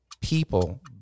People